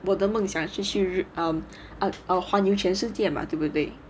我的梦想就是日 um 环游全世界嘛对不对